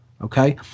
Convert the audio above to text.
okay